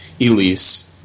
Elise